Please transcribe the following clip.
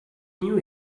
knew